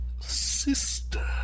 Sister